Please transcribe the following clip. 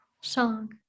song